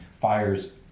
fires